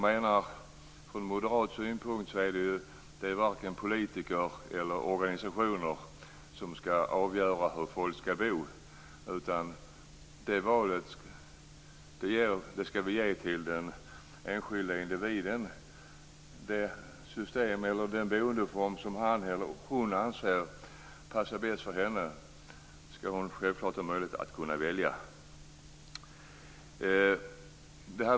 Ur moderat synpunkt är det varken politiker eller organisationer som skall avgöra hur folk skall bo. Det valet skall vi ge till den enskilde individen. Den boendeform som han eller hon anser passar bäst skall han eller hon självfallet ha möjlighet att välja.